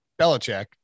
Belichick